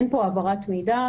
אין פה העברת מידע,